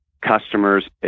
customers